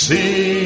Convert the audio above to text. See